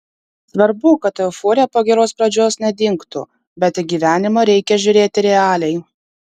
svarbu kad euforija po geros pradžios nedingtų bet į gyvenimą reikia žiūrėti realiai